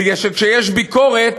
בגלל שכשיש ביקורת,